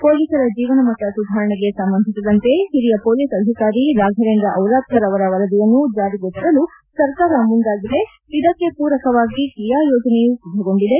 ಹೊಲೀಸರ ಜೀವನಮಟ್ಟ ಸುಧಾರಣೆಗೆ ಸಂಬಂಧದಂತೆ ಹಿರಿಯ ಹೊಲೀಸ್ ಅಧಿಕಾರಿ ರಾಫವೇಂದ್ರ ದಿರಾದ್ಗಾರ್ ಅವರ ವರದಿಯನ್ನು ಜಾರಿಗೆ ತರಲು ಸರ್ಕಾರ ಮುಂದಾಗಿದೆ ಇದಕ್ಕೆ ಪೂರಕವಾಗಿ ಕ್ರಿಯಾ ಯೋಜನೆಯೂ ಸಿದ್ದಗೊಂಡಿದೆ